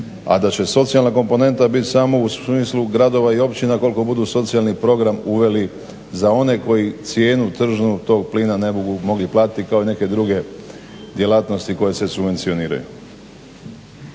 a da će socijalna komponenta bit samo u smislu gradova i općina koliko budu socijalni program uveli za one koji cijenu tržnu tog plina ne budu mogli platiti kao i neke druge djelatnosti koje se subvencioniraju.